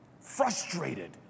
frustrated